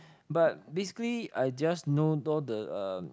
but basically I just know all the